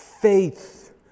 faith